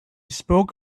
spoke